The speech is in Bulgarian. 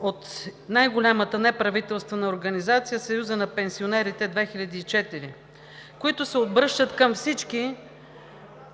от най-голямата неправителствена организация – Съюз на пенсионерите –2004, които се обръщат